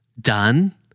done